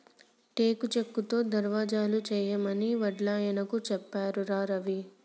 టేకు చెక్కతో దర్వాజలు చేయమని వడ్లాయనకు చెప్పారా రవి